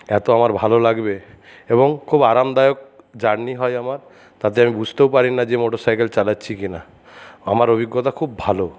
এতো আমার ভালো লাগবে এবং খুব আরামদায়ক জার্নি হয় আমার তাতে আমি বুঝতেও পারি না যে মোটর সাইকেল চালাচ্ছি কিনা আমার অভিজ্ঞতা খুব ভালো